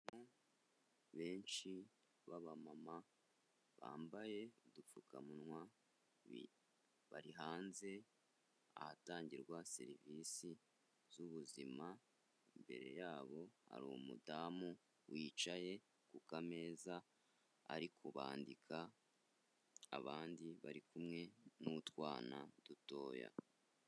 Benshi baba mama bambaye udupfukamunwa, bari hanze ahatangirwa serivisi z'ubuzima, imbere yabo hari umudamu wicaye ku kameza ari kubandika abandi bari kumwe n'utwana dutoya.